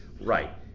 Right